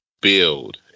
build